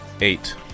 Eight